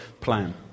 plan